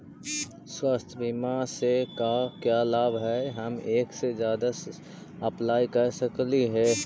स्वास्थ्य बीमा से का क्या लाभ है हम एक से जादा अप्लाई कर सकली ही?